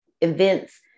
events